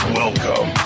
welcome